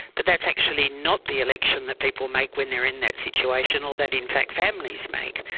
but that's actually not the election that people make when they are in that situation or that in fact families make.